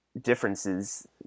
differences